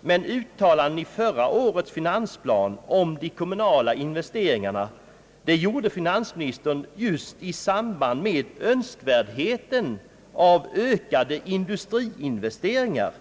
men uttalandena i förra årets finansplan om de kommunala investeringarna gjorde finansministern just i samband med önskvärdheten av ökade industriinvesteringar.